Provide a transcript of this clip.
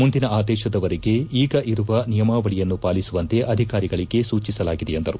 ಮುಂದಿನ ಆದೇಶದವರೆಗೆ ಈಗ ಇರುವ ನಿಯಮಾವಳಿಯನ್ನು ಪಾಲಿಸುವಂತೆ ಅಧಿಕಾರಿಗಳಿಗೆ ಸೂಚಿಸಲಾಗಿದೆ ಎಂದರು